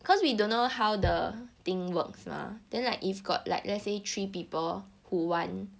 because we don't know how the thing works mah then like if got like let's say three people who want